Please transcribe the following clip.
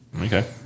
okay